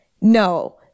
No